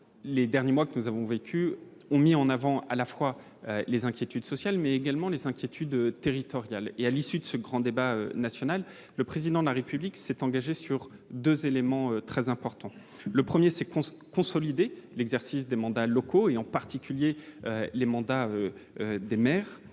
les derniers mois que nous avons vécus ont mis en avant à la fois les inquiétudes sociales, mais également les inquiétudes territoriales. Et à l'issue de ce grand débat national, le Président de la République s'est engagé sur deux éléments très importants : le premier, c'est consolider l'exercice des mandats locaux, en particulier le mandat de maire